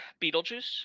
Beetlejuice